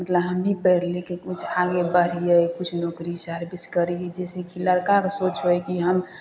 मतलब हम भी पढ़िलिखिके किछु आगे बढ़िए किछु नौकरी चाहे किछु करी जइसे कि लड़काके सोच होइ कि हम